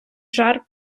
жар